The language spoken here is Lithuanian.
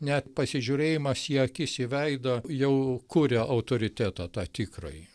net pasižiūrėjimas į akis į veidą jau kuria autoritetą tą tikrąjį